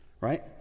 Right